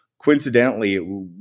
coincidentally